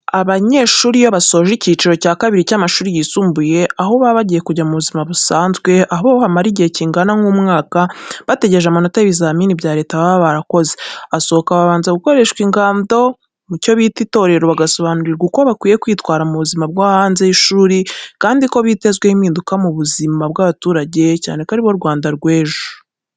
Abanyeshuri iyo basoje icyiciro cya kabiri cy'amashuri yisumbuye aho baba bagiye kujya mu buzima busanzwe aho bamara igihe kijya kungana n'umwaka bategereje amanota y'ibizamini bya leta baba barakoze asohoka babanza gukoreshwa ingando mu cyo bita itorero bagasobanurirwa uko bakwiye kwitwara mu buzima bwo hanze y'ishuri kandi ko bitezaeho impinduka nziza mu buzima bwa'abaturage cyane ko aba ari bo Rwanda rw'ejo.